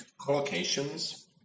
collocations